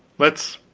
let's